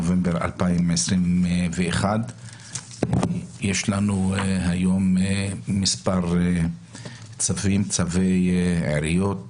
16 בנובמבר 2021. יש לנו היום מספר צווי עיריות